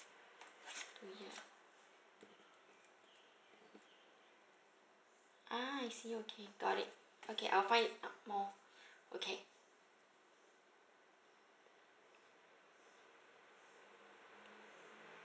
oh ya ah I see okay got it okay I'll find it out more okay